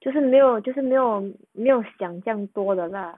就是没有就是没有没有想象多的 lah